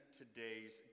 today's